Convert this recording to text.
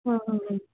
ହଁ ହଁ ହଁ